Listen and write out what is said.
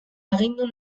agindu